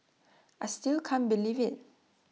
I still can't believe IT